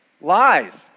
Lies